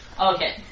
Okay